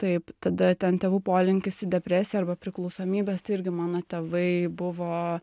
taip tada ten tėvų polinkis į depresiją arba priklausomybes tai irgi mano tėvai buvo